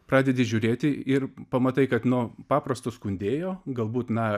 pradedi žiūrėti ir pamatai kad nuo paprasto skundėjo galbūt na